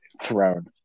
throne